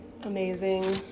Amazing